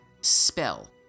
spell